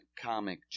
comic